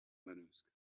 manosque